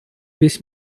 весь